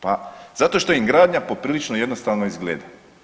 Pa zato što im gradnja poprilično jednostavno izgleda.